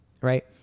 right